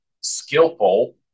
skillful